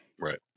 right